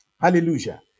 Hallelujah